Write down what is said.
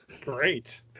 Great